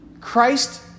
Christ